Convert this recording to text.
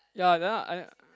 ya then I